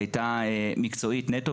היא הייתה מקצועית נטו,